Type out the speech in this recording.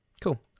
cool